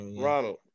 Ronald